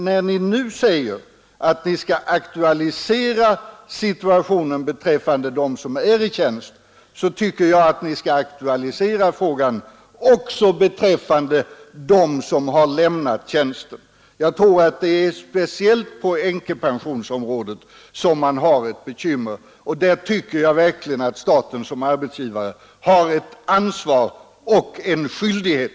När Ni nu säger att Ni skall aktualisera situationen beträffande dem som är i tjänst, tycker jag att Ni bör aktualisera frågan också beträffande dem som har lämnat tjänsten. Jag tror att det är speciellt på änkepensionsområdet som man har bekymmer, och där tycker jag verkligen att staten som arbetsgivare har ett ansvar och en skyldighet.